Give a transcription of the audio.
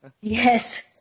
Yes